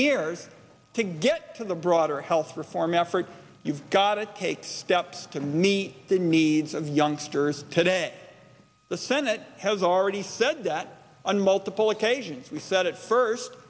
years to get to the broader health reform effort you've got to take steps to meet the needs of youngsters today the senate has already said that on multiple occasions we said it first